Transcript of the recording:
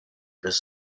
this